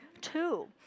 Two